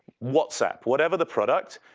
whatsapp? whatever the product,